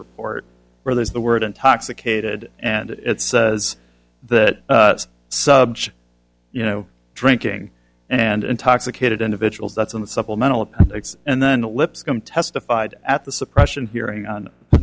report where there's the word intoxicated and it says that you know drinking and intoxicated individuals that's in the supplemental and then the lipscomb testified at the suppression hearing on the